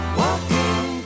walking